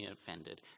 offended